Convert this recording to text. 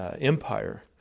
empire